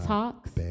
Talks